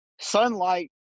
sunlight